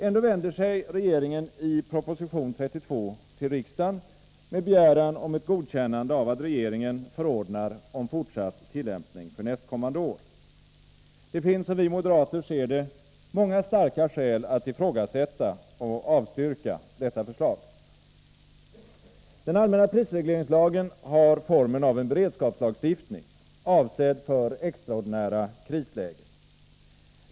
Ändå vänder sig regeringen i proposition 32 till riksdagen med begäran om ett godkännande av att regeringen förordnar om fortsatt tillämpning för nästkommande år. Det finns, som vi moderater ser det, många starka skäl att ifrågasätta och avstyrka detta förslag. Den allmänna prisregleringslagen har formen av en beredskapslagstiftning, avsedd för extraordinära krislägen.